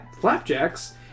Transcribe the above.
flapjacks